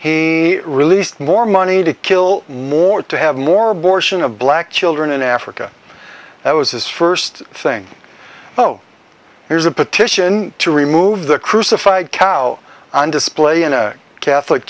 he released more money to kill more to have more abortion of black children in africa that was his first thing oh here's a petition to remove the crucified cow on display in a catholic